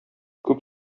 күп